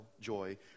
joy